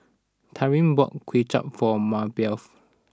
Tyrin bought Kuay Chap for Maribeth